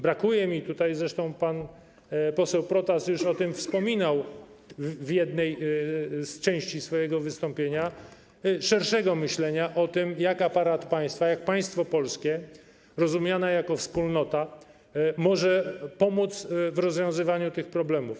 Brakuje mi tutaj - zresztą pan poseł Protas już o tym wspominał w jednej części swojego wystąpienia - szerszego myślenia o tym, jak aparat państwa, państwo polskie rozumiane jako wspólnota, może pomóc w rozwiązywaniu tych problemów.